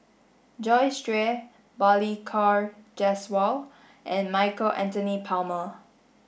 Joyce Jue Balli Kaur Jaswal and Michael Anthony Palmer